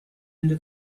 into